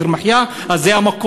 תשלום,